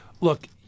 Look